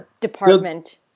department